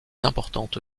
importante